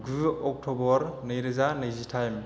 गु अक्ट'बर नैरोजा नैजिथाम